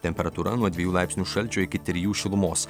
temperatūra nuo dviejų laipsnių šalčio iki trijų šilumos